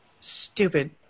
Stupid